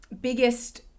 biggest